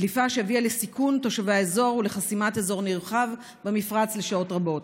דליפה שהביאה לסיכון תושבי האזור ולחסימת אזור נרחב במפרץ לשעות רבות.